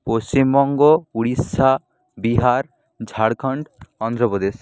Paschimbanga Orissa Bihar Jharkhand Andhra Pradesh